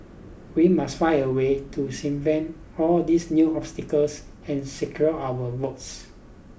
we must find a way to all these new obstacles and secure our votes